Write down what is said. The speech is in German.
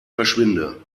verschwinde